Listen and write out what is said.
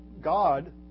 God